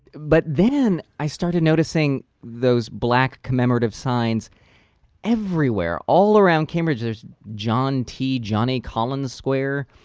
but then, i started noticing those black commemorative signs everywhere. all around cambridge, there is john t. johnny collins square,